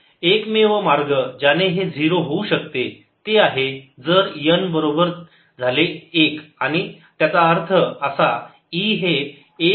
एकमेव मार्ग जाने हे 0 होऊ शकते ते आहे जर n बरोबर झाले 1 आणि त्याचा अर्थ असा E हे 1 छेद r असे गेले पाहिजे